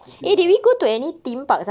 okay lah